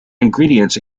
ingredients